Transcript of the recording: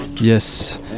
Yes